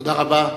תודה רבה.